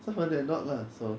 someone they are not lah so